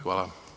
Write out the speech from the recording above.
Hvala.